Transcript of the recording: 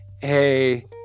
hey